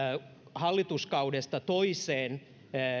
hallituskaudesta toiseen